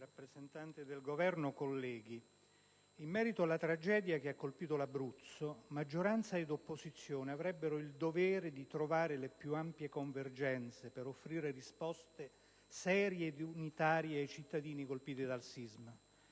Presidente, rappresentanti del Governo, colleghi, in merito alla tragedia che ha colpito l'Abruzzo, maggioranza ed opposizione avrebbero il dovere di trovare le più ampie convergenze per offrire risposte serie ed unitarie ai cittadini colpiti dal sisma.